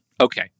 Okay